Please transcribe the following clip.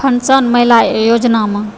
pension महिला योजनामे